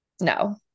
No